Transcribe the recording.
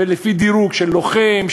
ולפי דירוג של לוחם,